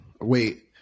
Wait